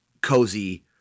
cozy